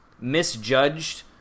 misjudged